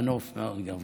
ממנוף מאוד גבוה.